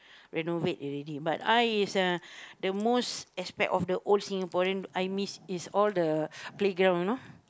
renovate already but I is the the most aspect of